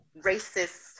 racist